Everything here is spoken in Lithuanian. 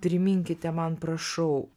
priminkite man prašau